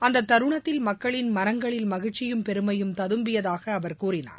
அந்த தருணத்தில் மக்களின் மனங்களில் மகிழ்ச்சியும் பெருமையும் ததும்பியதாக அவர் கூறினார்